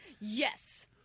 Yes